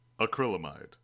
Acrylamide